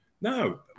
No